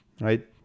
right